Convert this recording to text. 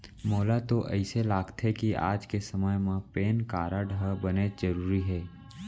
मोला तो अइसे लागथे कि आज के समे म पेन कारड ह बनेच जरूरी हे